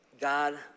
God